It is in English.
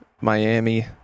Miami